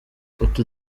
utu